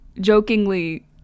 jokingly